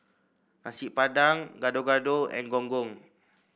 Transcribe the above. Nasi Padang Gado Gado and Gong Gong